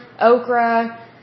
okra